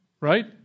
right